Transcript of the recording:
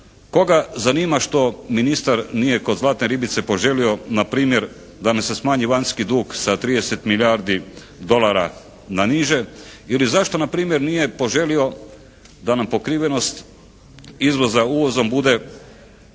koga zanima što ministar nije kod zlatne ribice poželio npr. da nam se smanji vanjski dug sa 30 milijardi dolara na niže ili zašto npr. nije poželio da nam pokrivenost izvoza uvozom bude